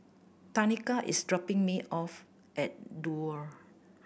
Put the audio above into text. Tanika is dropping me off at Duo